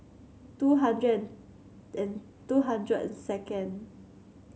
two hundred and and two hundred and second